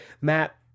matt